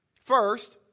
First